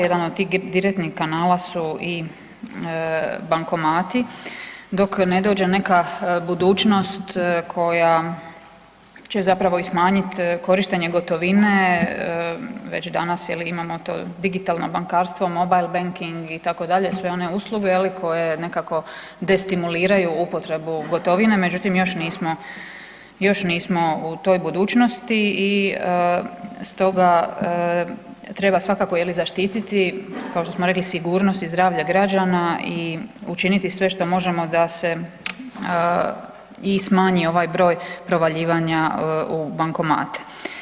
Jedan od tih direktnih kanala su i bankomati dok ne dođe neka budućnost koja će i zapravo smanjit korištenje gotovine, već danas je li imamo to digitalno bankarstvo mobile banking itd., sve one usluge je li koje nekako destimuliraju upotrebu gotovine, međutim još nismo, još nismo u toj budućnosti i stoga treba svakako je li zaštiti kao što smo rekli sigurnost i zdravlje građana i učiniti sve što možemo da se i smanji ovaj broj provaljivanja u bankomate.